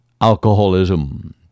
alcoholism